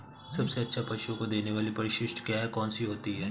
सबसे अच्छा पशुओं को देने वाली परिशिष्ट क्या है? कौन सी होती है?